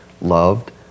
loved